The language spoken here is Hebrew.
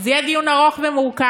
זה יהיה דיון ארוך ומורכב.